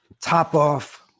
top-off